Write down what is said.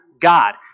God